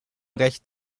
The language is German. recht